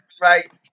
right